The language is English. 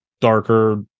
darker